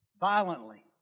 violently